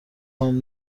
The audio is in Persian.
پام